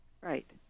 right